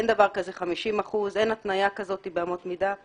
אין דבר כזה 50%, אין התניה כזאת באמות מידה.